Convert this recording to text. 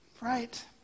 right